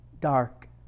dark